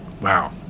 Wow